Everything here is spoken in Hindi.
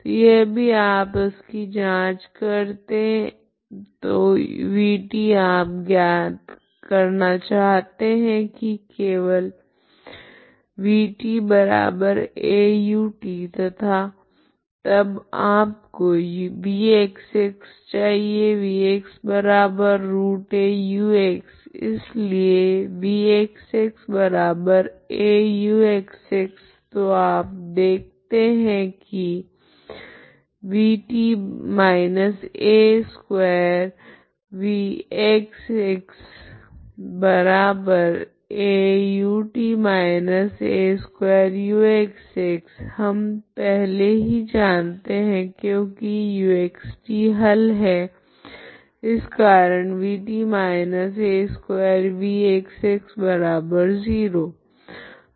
तो यह भी आप इसकी जांच करे तो vt आप ज्ञात करना चाहते है की केवल vtaut तथा तब आपको vxx चाहिए vx√aux इस लिए vxxauxx तो आप देखते है की vt−α2v xxaut−α2uxx हम पहले ही जानते है क्योकि uxt हल है इस कारण vt−α2vxx0